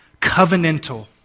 covenantal